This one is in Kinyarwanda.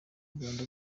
rwanda